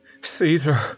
Caesar